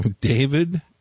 David